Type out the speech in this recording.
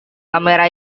kamera